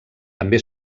també